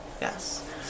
Yes